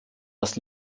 dass